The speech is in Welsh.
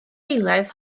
eilaidd